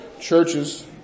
churches